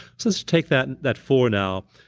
let's take that and that four now,